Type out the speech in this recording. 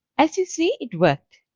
as you see it worked,